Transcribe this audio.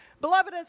Beloved